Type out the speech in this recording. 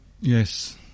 yes